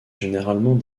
généralement